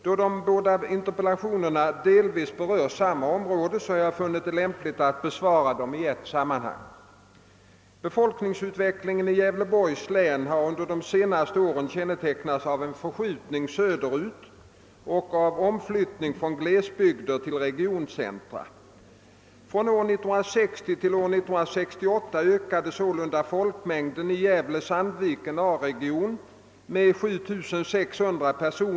Då de båda interpellationerna delvis berör samma område har jag funnit det lämpligt att besvara dem i ett sammanhang. Befolkningsutvecklingen i Gävleborgs län har under de senaste åren kännetecknats av en förskjutning söderut och en omflyttning från glesbygder till regioncentra. Från år 1960 till år 1968 ökade sålunda folkmängden i Gävle Sandvikens A-region med 7600 perso.